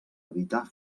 evitar